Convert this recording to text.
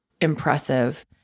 impressive